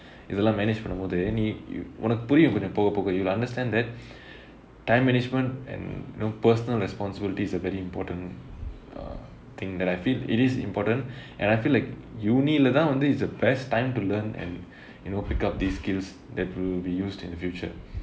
இதுலாம்:ithulaam manage பண்ணும்போது நீ உனக்கு புரியும் கொஞ்சம் போக போக:pannumpothu nee unakku puriyum konjam poga poga you will understand that time management and know personal responsibility is a very important uh thing that I feel it is important and I feel like university leh தான்:thaan is the best time to learn and you know pick up these skills that will be used in the future